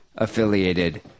affiliated